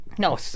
no